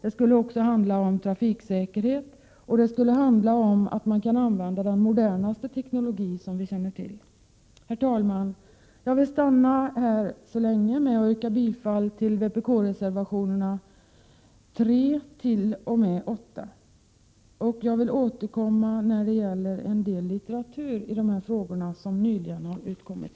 Det skulle också handla om trafiksäkerhet och om att man kan använda den modernaste teknologi som vi känner till. Herr talman! Jag vill stanna här så länge, och jag yrkar bifall till vpk-reservationerna 3—8. Jag återkommer när det gäller en del litteratur i dessa frågor som nyligen har utkommit.